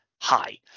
high